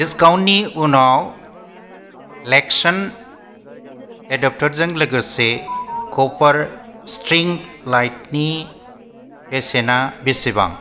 दिस्काउन्टनि उनाव लेक्स्ट'न एदप्टरजों लोगोसे कपार स्ट्रिं लाइटनि बेसेना बेसेबां